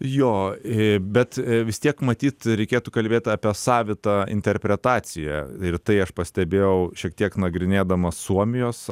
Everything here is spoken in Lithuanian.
jo i bet vis tiek matyt reikėtų kalbėt apie savitą interpretaciją ir tai aš pastebėjau šiek tiek nagrinėdamas suomijos